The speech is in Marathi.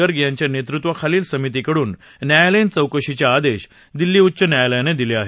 गर्ग यांच्या नेतृत्वाखालील समितीकडून न्यायालयीन चौकशीचे आदेश दिल्ली उच्च न्यायालयानं दिले आहेत